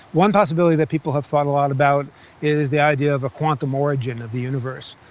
one possibility that people have thought a lot about is the idea of a quantum origin of the universe,